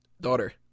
Daughter